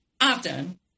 often